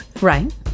right